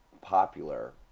popular